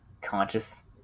conscious